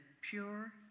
pure